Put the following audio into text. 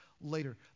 later